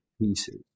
pieces